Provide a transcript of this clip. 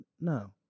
no